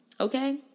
Okay